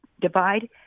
divide